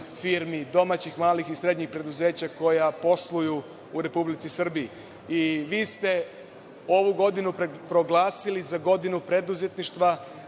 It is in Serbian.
firmi, domaćih malih i srednjih preduzeća, koja posluju u Republici Srbiji. Vi ste ovu godinu proglasili za godinu preduzetništva,